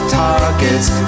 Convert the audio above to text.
targets